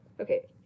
okay